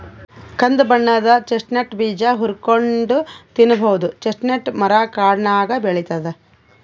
ಕಂದ್ ಬಣ್ಣದ್ ಚೆಸ್ಟ್ನಟ್ ಬೀಜ ಹುರ್ಕೊಂನ್ಡ್ ತಿನ್ನಬಹುದ್ ಚೆಸ್ಟ್ನಟ್ ಮರಾ ಕಾಡ್ನಾಗ್ ಬೆಳಿತದ್